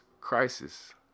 crisis